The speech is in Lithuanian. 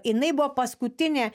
jinai buvo paskutinė